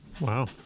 Wow